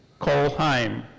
cole heim.